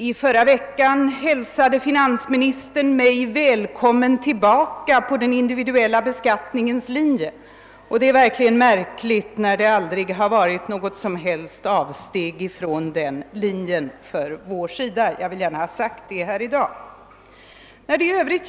I förra veckan hälsade finansministern mig välkommen tillbaka till den individuella beskattningens linje, men detta är verkligen märkligt eftersom det aldrig rört sig om något som helst avsteg från den linjen från vår sida. Jag vill i dag gärna påpeka den saken.